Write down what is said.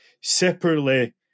separately